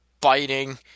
biting